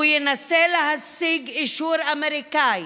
הוא ינסה להשיג אישור אמריקאי,